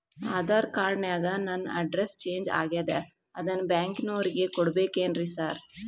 Aadhaar card ನ್ಯಾಗ ನನ್ address change ಆಗ್ಯಾದ ಅದನ್ನ ಬ್ಯಾಂಕಿನೊರಿಗೆ ಕೊಡ್ಬೇಕೇನ್ರಿ ಸಾರ್?